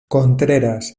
contreras